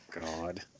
God